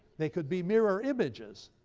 they could be mirror images,